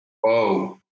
whoa